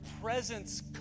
presence